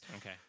Okay